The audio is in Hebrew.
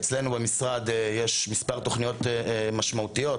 אצלנו במשרד יש מספר תוכניות משמעותיות